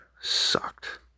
sucked